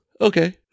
okay